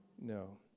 No